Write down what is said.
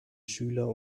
schüler